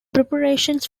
preparations